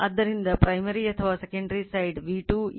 ಆದ್ದರಿಂದ primary ಯಾವುದು